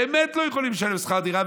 באמת לא יכולים לשלם שכר דירה.